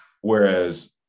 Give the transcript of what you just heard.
Whereas